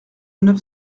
neuf